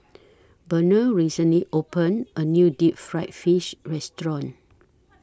Pernell recently opened A New Deep Fried Fish Restaurant